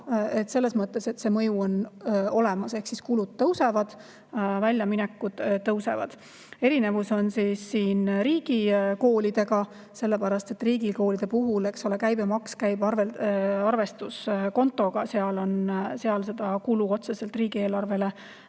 Selles mõttes see mõju on olemas, ehk kulud tõusevad, väljaminekud tõusevad. Erinevus on siin riigikoolidega. Sellepärast et riigikoolide puhul käibemaks käib arvestuskontoga, seal seda kulu otseselt riigieelarvele